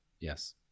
Yes